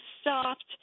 stopped